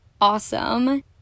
awesome